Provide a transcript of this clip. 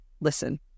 listen